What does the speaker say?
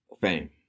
fame